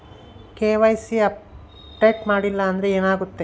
KYC update ಮಾಡಿಲ್ಲ ಅಂದ್ರೆ ಏನಾಗುತ್ತೆ?